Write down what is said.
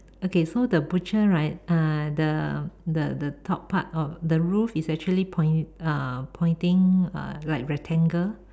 okay so the butcher right uh the the the top part of the roof is actually pointing uh pointing like rectangle